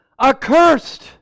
Accursed